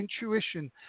intuition